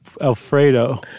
Alfredo